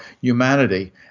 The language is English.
humanity